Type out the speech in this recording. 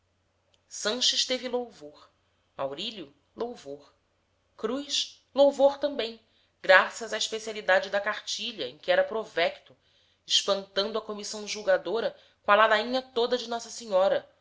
sanches teve louvor maurílio louvor cruz louvor também graças à especialidade da cartilha em que era provecto espantando a comissão julgadora com a ladainha toda de nossa senhora